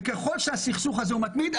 ככל שהסכסוך הזה מתמיד,